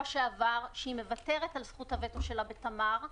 שעבר שהיא מוותרת על זכות הווטו שלה בתמר,